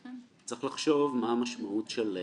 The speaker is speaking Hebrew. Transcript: צריך לחשוב מה המשמעות של חסימה.